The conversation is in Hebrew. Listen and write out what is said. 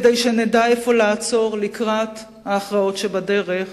כדי שנדע איפה לעצור לקראת ההכרעות שבדרך,